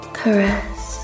caress